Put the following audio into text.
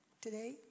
today